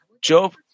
Job